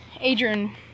Adrian